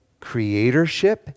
creatorship